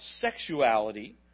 sexuality